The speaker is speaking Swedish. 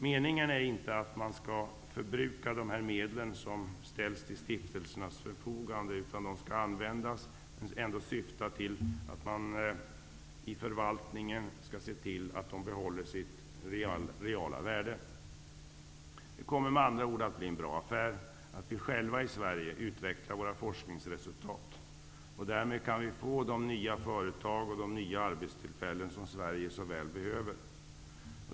Meningen är inte att man skall förbruka de medel som ställs till stiftelsernas förfogande. De skall användas och förvaltas så att de behåller sitt reala värde. Det kommer med andra ord att bli en bra affär att vi själva i Sverige utvecklar våra forskningsresultat. Därmed kan vi få de nya företag och de nya arbetstillfällen som Sverige så väl behöver.